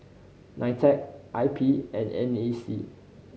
NITEC I P and N A C